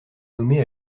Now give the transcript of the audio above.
nommé